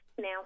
Now